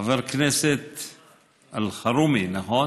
חבר הכנסת אלחרומי, נכון?